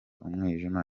umwijima